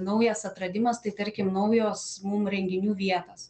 naujas atradimas tai tarkim naujos mum renginių vietos